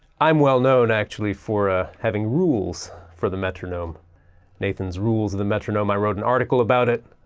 i'm well known actually for ah having rules for the metronome nathan's rules of the metronome. i wrote an article about it.